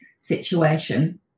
situation